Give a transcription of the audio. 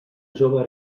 jove